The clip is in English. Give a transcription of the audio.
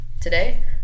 today